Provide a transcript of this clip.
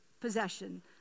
possession